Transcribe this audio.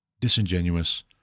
disingenuous